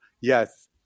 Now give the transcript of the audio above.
yes